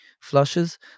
flushes